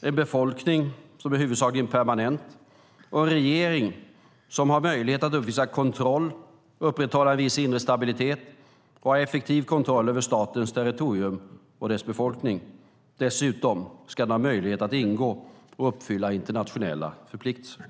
en befolkning som är huvudsakligen permanent och en regering som har möjlighet att uppvisa kontroll, upprätthålla en viss inre stabilitet och ha effektiv kontroll över statens territorium och dess befolkning. Dessutom ska den ha möjlighet att ingå och uppfylla internationella förpliktelser.